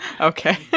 Okay